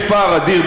יש פער אדיר,